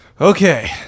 Okay